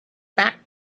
back